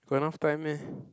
got enough time meh